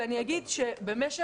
ואני אגיד שבמשך